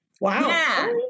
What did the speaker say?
Wow